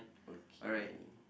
okay